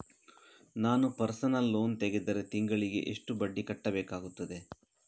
ನಾನು personal loan ತೆಗೆದರೆ ತಿಂಗಳಿಗೆ ಎಷ್ಟು ಬಡ್ಡಿ ಕಟ್ಟಬೇಕಾಗುತ್ತದೆ?